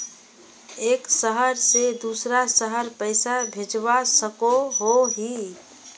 एक शहर से दूसरा शहर पैसा भेजवा सकोहो ही?